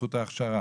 בזכות ההכשרה?